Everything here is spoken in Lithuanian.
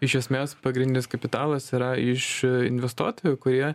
iš esmės pagrindinis kapitalas yra iš investuotojų kurie